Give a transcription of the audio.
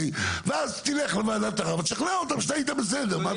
ואז תלך לוועדת ערער ותשכנע אותם שהיית בסדר.